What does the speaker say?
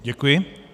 Děkuji.